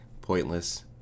pointless